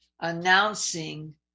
announcing